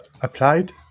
applied